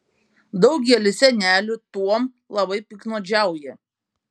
daugelis senelių tuom labai piktnaudžiauja